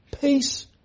Peace